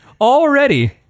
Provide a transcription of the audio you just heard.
Already